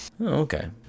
Okay